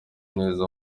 ineza